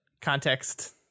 context